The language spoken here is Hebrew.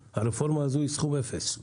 הרפורמה הזאת היא סכום אפס.